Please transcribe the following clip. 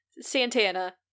Santana